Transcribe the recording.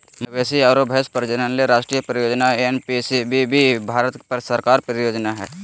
मवेशी आरो भैंस प्रजनन ले राष्ट्रीय परियोजना एनपीसीबीबी भारत सरकार के परियोजना हई